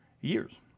years